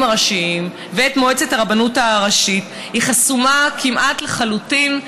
הראשיים ואת מועצת הרבנות הראשית חסומה כמעט לחלוטין,